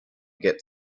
get